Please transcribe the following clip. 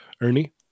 ernie